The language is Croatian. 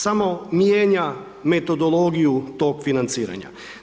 Samo mijenja metodologiju tog financiranja.